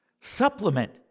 Supplement